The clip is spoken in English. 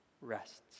rests